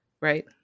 right